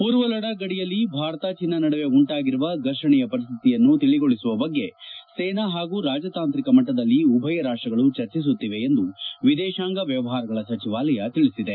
ಪೂರ್ವ ಲಡಾಕ್ ಗಡಿಯಲ್ಲಿ ಭಾರತ ಚೀನಾ ನಡುವೆ ಉಂಟಾಗಿರುವ ಘರ್ಷಣೆಯ ಪರಿಸ್ತಿತಿಯನ್ನು ತಿಳಿಗೊಳಿಸುವ ಬಗ್ಗೆ ಸೇನಾ ಹಾಗೂ ರಾಜತಾಂತ್ರಿಕ ಮಟ್ನದಲ್ಲಿ ಉಭಯ ರಾಷ್ಟ್ರಗಳು ಚರ್ಚಿಸುತ್ತಿವೆ ಎಂದು ವಿದೇಶಾಂಗ ವ್ಯವಹಾರಗಳ ಸಚಿವಾಲಯ ತಿಳಿಸಿದೆ